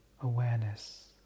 awareness